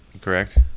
correct